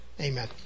Amen